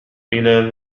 إلى